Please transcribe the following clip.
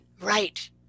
Right